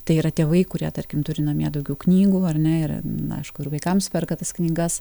tai yra tėvai kurie tarkim turi namie daugiau knygų ar ne ir na aišku ir vaikams perka tas knygas